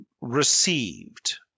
received